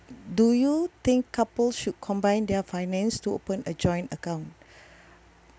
do you think couples should combine their finance to open a joint account